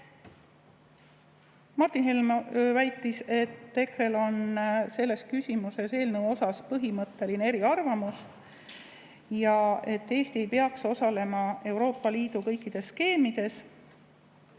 Martin Helme väitis, et EKRE‑l on selles küsimuses põhimõtteline eriarvamus. Eesti ei peaks osalema Euroopa Liidu kõikides skeemides.